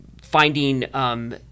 finding